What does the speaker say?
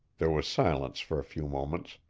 there was silence for a few moments.